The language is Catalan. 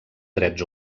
drets